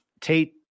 Tate